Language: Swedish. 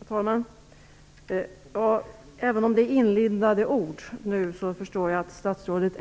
Herr talman! Även om det är inlindade ord, förstår jag att statsrådet